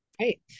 Right